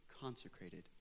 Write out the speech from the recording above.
consecrated